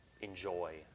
enjoy